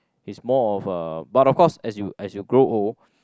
is more of a but of course as you as you grow old